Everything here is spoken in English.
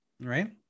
Right